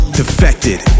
defected